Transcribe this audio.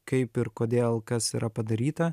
kaip ir kodėl kas yra padaryta